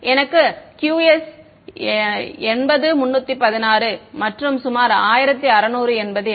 எங்கள் Qs 80316 மற்றும் சுமார் 1600 என்பது என்ன